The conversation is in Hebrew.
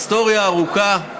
היסטוריה ארוכה.